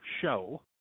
show